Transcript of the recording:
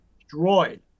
destroyed